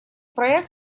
проект